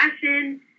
fashion